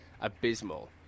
abysmal